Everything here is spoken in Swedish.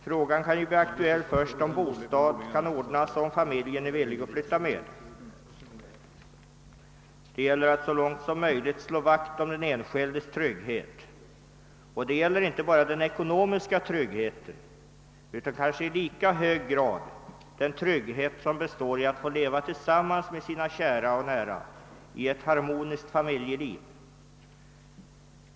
Frågan blir aktuell först om bostad kan ordnas och om familjen är villig att flytta med. Det gäller att så långt möjligt är slå vakt om den enskildes trygghet. Och det gäller inte bara den ekonomiska tryggheten utan kanske i lika hög grad den trygghet som består i att få leva tillsammans med sina nära och kära i ett harmoniskt familjeliv.